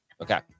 okay